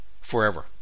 forever